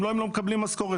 אחרת הם לא מקבלים מהם משכורת.